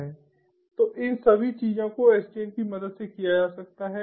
तो इन सभी चीजों को SDN की मदद से किया जा सकता है